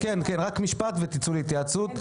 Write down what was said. כן, רק משפט ותצאו להתייעצות.